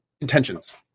intentions